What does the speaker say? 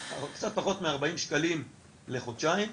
קצת פחות מ- 40 שקלים לחודשיים,